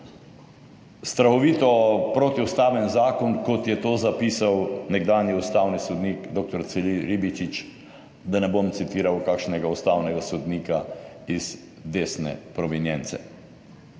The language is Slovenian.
Strahovito protiustaven zakon, kot je to zapisal nekdanji ustavni sodnik dr. Ciril Ribičič, da ne bom citiral kakšnega ustavnega sodnika iz desne provenience.